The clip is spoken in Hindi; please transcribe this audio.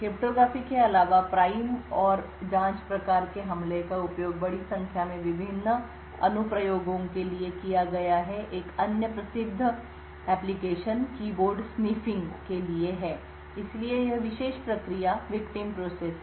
क्रिप्टोग्राफी के अलावा प्राइम और जांच प्रकार के हमले का उपयोग बड़ी संख्या में विभिन्न अनुप्रयोगों के लिए किया गया है एक अन्य प्रसिद्ध अनुप्रयोग कीबोर्ड sniffing सूँघने के लिए है इसलिए यह विशेष प्रक्रिया पीड़ित प्रक्रिया है